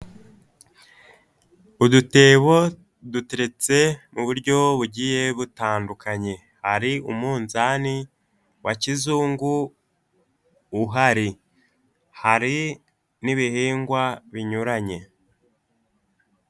Udutebo duteretse mu buryo bugiye butandukanye. Hari umunzani wa kizungu uhari. Hari n'ibihingwa binyuranye.